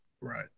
Right